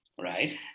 right